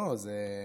לא, זה מבאס.